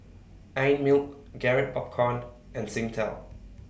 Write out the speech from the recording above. Einmilk Garrett Popcorn and Singtel